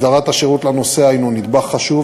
הסדרת השירות לנוסע הנה נדבך חשוב,